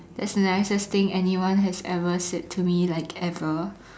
that's the nicest thing anyone has ever said to me like ever